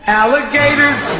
alligators